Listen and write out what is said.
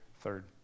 third